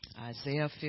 Isaiah